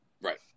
Right